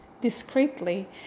Discreetly